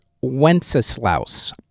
Wenceslaus